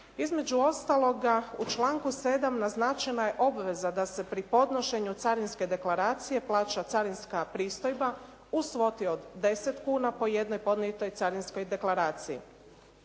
Između ostaloga u članku 7. naznačena je obveza da se pri podnošenju carinske deklaracije plaća carinska pristojba u svoti od 10 kuna po jednoj podnijetoj carinskoj deklaraciji.